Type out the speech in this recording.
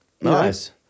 nice